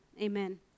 amen